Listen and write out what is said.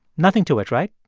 nothing to it, right?